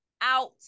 out